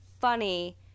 funny